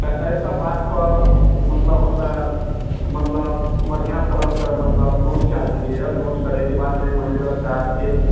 तऽ अइ सब बातपर मतलब हमरा मतलब बढ़िआँ तरहसँ मतलब नोट कए लेलियैया नोट करयके बाद अइमे मैनेजर साहबके